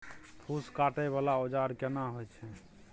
फूस काटय वाला औजार केना होय छै?